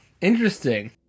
Interesting